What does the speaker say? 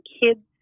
kids